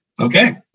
Okay